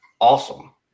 awesome